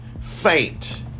faint